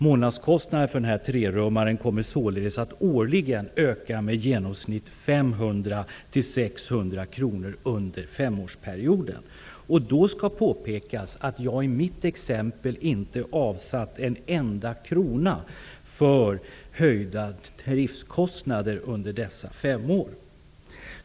Månadskostnaden för den här trerummaren kommer således att årligen öka med 500--600 kr per månad under femårsperioden. Då skall påpekas att jag i mitt exempel inte avsatt en enda krona för höjda driftskostnader under dessa fem år.